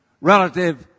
relative